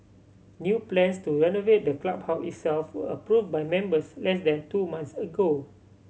new plans to renovate the clubhouse itself were approved by members less than two months ago